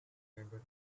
never